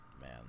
man